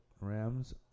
Rams